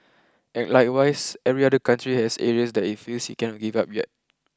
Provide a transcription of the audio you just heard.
and likewise every other country has areas that it feels it cannot give up yet